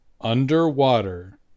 underwater